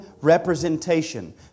representation